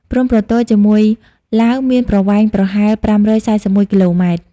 ព្រំប្រទល់ជាមួយឡាវមានប្រវែងប្រហែល ៥៤១ គីឡូម៉ែត្រ។